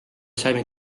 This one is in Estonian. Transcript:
saime